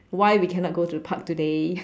why we cannot go to the park today